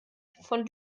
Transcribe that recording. von